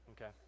okay